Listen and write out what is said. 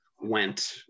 went